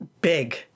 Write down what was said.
big